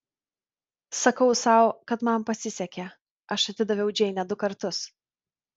sakau sau kad man pasisekė aš atidaviau džeinę du kartus